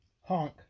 honk